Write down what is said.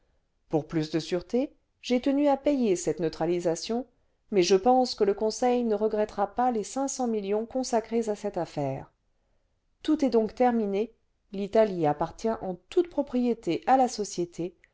pour plus de sûreté j'ai tenu à payer cette neutralisation mais je pense que le conseil ne regrettera pas les cinq cents millions consacrés à cette affaire tout est donc terminé l'italie appartient en toute propriété à la société